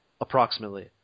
approximately